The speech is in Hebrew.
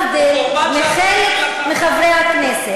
רק תדייקי בפרטים, את צודקת.